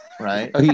right